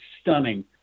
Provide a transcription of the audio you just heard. stunning